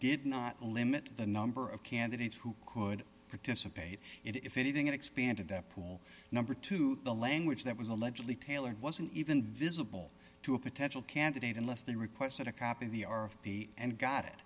did not limit the number of candidates who could participate in it if anything it expanded that pool number to the language that was allegedly tailored wasn't even visible to a potential candidate unless they requested a copy of the r f p and got it